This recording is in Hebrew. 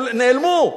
הם נעלמו.